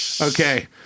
Okay